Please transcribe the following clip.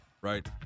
right